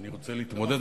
ואני רוצה להתמודד,